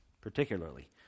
particularly